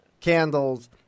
candles